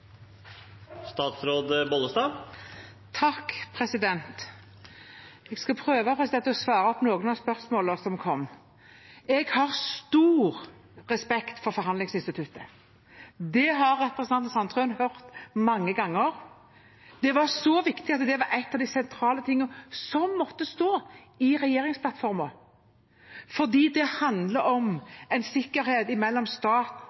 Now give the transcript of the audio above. Jeg skal prøve å svare på noen av spørsmålene som har kommet. Jeg har stor respekt for forhandlingsinstituttet. Det har representanten Sandtrøen hørt mange ganger. Det var så viktig at det var en av de sentrale tingene som måtte stå i regjeringsplattformen, fordi det handler